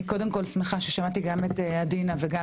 אני קודם כל שמחה ששמעתי גם את עדינה וגם